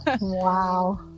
Wow